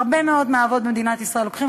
הרבה מאוד מהאבות במדינת ישראל לוקחים